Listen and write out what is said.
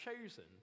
chosen